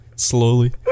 slowly